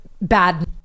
bad